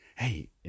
hey